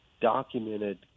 documented